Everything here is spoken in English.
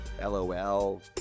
lol